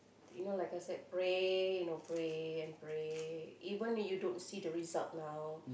you know like I said pray you know pray and pray even you don't see the result now